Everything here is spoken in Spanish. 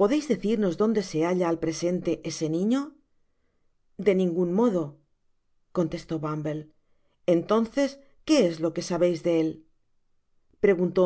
podeis decirnos donde se halla al presente ese niño de ningun modo contestó bumble entonces que es lo que sabeis de él preguntó